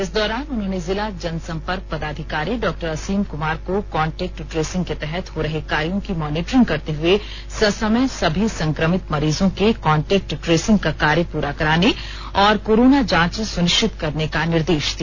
इस दौरान उन्होंने जिला जनसंपर्क पदाधिकारी डॉ असीम कुमार को कांटेक्ट ट्रेसिंग के तहत हो रहे कायोँ की मॉनिटरिंग करते हुए ससमय सभी संक्रमित मरीजों के कांटेक्ट ट्रेसिंग का कार्य पूरा कराने और कोरोना जांच सुनिश्चित करने का निर्देश दिया